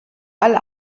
alle